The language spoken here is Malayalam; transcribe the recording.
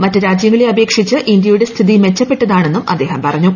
മറ്റു രാജ്യങ്ങളെ അപേക്ഷിച്ച് ഇന്ത്യയുടെ സ്ഥിതി മെച്ചപ്പെട്ടതാണെന്നും അദ്ദേഹം പറഞ്ഞു